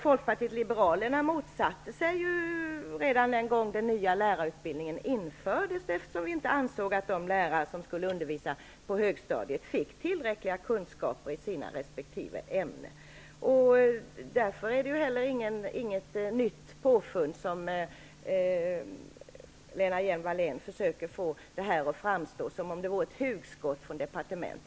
Folkpartiet liberalerna motsatte sig den nya lärarutbildningen redan när den infördes. Vi ansåg att de lärare som skulle undervisa på högstadiet inte fick tillräckliga kunskaper i sina resp. ämnen. Därför är det här inget nytt påfund. Lena Hjelm Wallén försöker ju att få detta att framstå som ett hugskott från departementet.